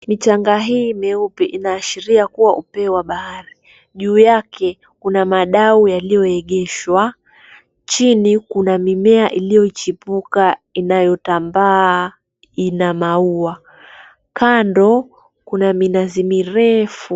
Michanga hii meupe inaashiria kuwa upeo wa bahari. Juu yake, kuna madau yaliyoegeshwa. Chini kuna mimea iliyochipuka inayotambaa ina maua. Kando, kuna minazi mirefu.